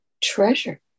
treasure